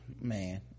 man